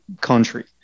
country